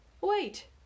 Wait